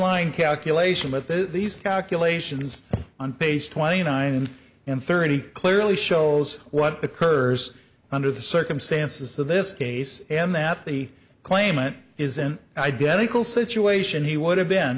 line calculation but these calculations on page twenty nine and thirty clearly shows what occurs under the circumstances of this case and that the claimant is an identical situation he would have been